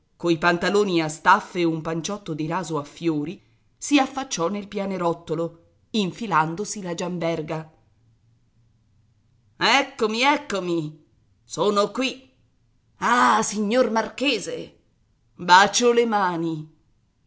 coi pantaloni a staffe e un panciotto di raso a fiori si affacciò nel pianerottolo infilandosi la giamberga eccomi eccomi sono qui ah signor marchese bacio le mani